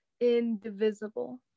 indivisible